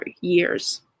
years